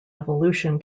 evolution